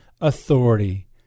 authority